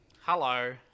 Hello